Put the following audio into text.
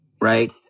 right